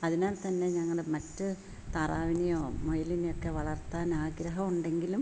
അതിനാൽ തന്നെ ഞങ്ങൾ മറ്റു താറാവിനെയോ മുയലിനെയോ ഒക്കെ വളർത്താൻ ആഗ്രഹമുണ്ടെങ്കിലും